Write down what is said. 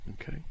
Okay